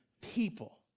people